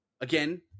again